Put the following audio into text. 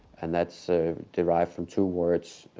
and that's so derived from two words.